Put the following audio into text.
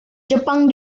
jepang